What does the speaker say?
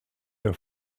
der